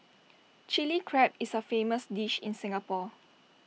Chilli Crab is A famous dish in Singapore